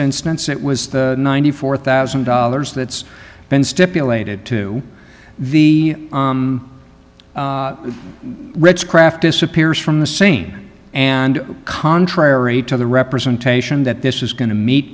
instance it was the ninety four thousand dollars that's been stipulated to the ritz craft disappears from the scene and contrary to the representation that this is going to meet